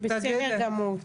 בסדר גמור.